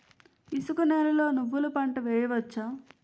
ఇసుక నేలలో నువ్వుల పంట వేయవచ్చా?